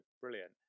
brilliant